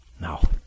Now